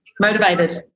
Motivated